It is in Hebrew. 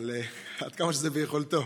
עד כמה שזה ביכולתו,